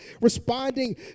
responding